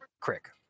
crick